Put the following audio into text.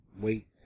wait